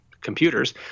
computers